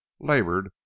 labored